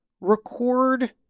record